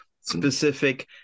specific